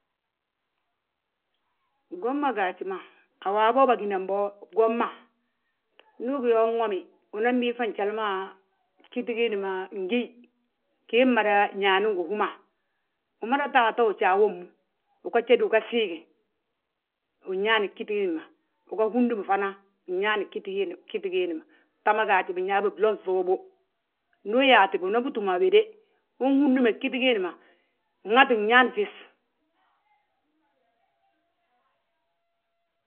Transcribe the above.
Gwom ma gaaji ma, a waabo bâginam bo, gwom ma, ndu ugí yaa unwomi, unan biiŧa njali ma ggíti giindi ma ngíyi, gii mmada ñaani ngi hú ma. Umada ta a ta ujaa wommu, uga jédi uga siigi, wi nñaani ggíti giindi ma, uga húdum fana. Nñaani ggíti giindi ma, bta gaaj binyaabi glo ŧuubu, ndu yaatibi unanbi túm a wéde. Unhúdume ggíti giindi ma, nŋati gñaani fis.